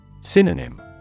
Synonym